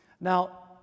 Now